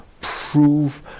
prove